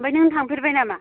आमफाय नों थांफेरबाय नामा